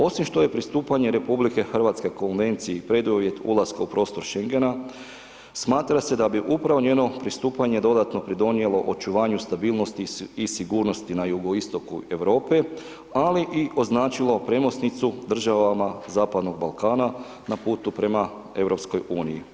Osim što je pristupanje RH Konvenciji preduvjet ulaska u prostor šengena smatra da se bi upravo njeno pristupanje dodatno pridonijelo očuvanju stabilnosti i sigurnosti na jugoistoku Europe ali i označilo premosnicu državama zapadnog Balkana na putu prema EU.